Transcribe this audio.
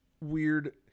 weird